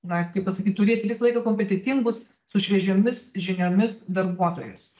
na kaip pasakyt turėti visą laiką kompetentingus su šviežiomis žiniomis darbuotojus